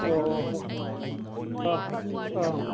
ꯑꯣꯑꯣ ꯍꯣꯏ ꯑꯥ ꯑꯥ